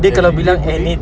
everyday boleh